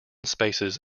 spaces